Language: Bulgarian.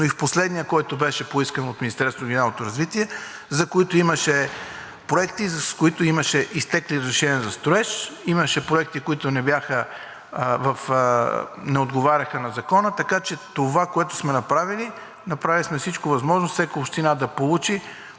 но и в последния, който беше поискан от Министерството на регионалното развитие, за които имаше проекти, за които имаше изтекли разрешения за строеж, имаше проекти, които не отговаряха на Закона, така че това, което сме направили, направили сме всичко възможно всяка община да получи